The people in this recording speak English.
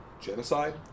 Genocide